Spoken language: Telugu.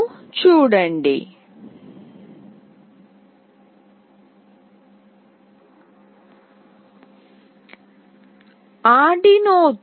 కాబట్టి ఇప్పుడు నేను అదే రకమైన కనెక్షన్ ఇస్తాను